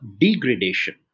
degradation